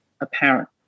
apparent